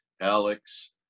Alex